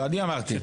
לא, אני אמרתי לו.